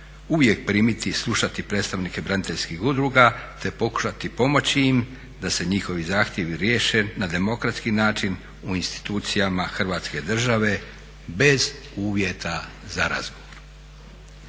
uvijek primiti i slušati predstavnike braniteljskih udruga, te pokušati pomoći im da se njihovi zahtjevi riješe na demokratski način u institucijama Hrvatske države bez uvjeta za razgovor.